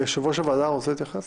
יושב-ראש הוועדה רוצה להתייחס?